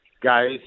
guys